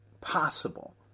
possible